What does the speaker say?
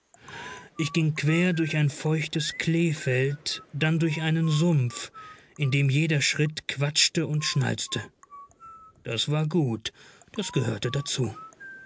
ich ging quer durch ein feuchtes kleefeld dann durch einen sumpf in dem jeder schritt quatschte und schnalzte das war gut das gehörte dazu